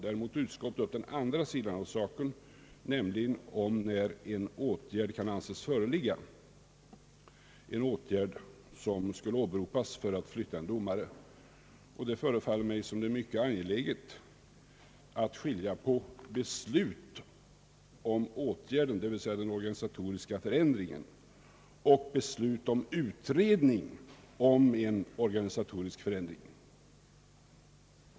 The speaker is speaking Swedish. Däremot tog utskottet upp den andra sidan av saken, nämligen frågan när det kan anses föreligga en åtgärd som skulle kunna åberopas för att flytta en domare. Det förefaller mig som om det är mycket angeläget att skilja på beslut om en åtgärd, d. v. s. den organisatoriska förändringen, och beslut om utredning om en organisatorisk förändring.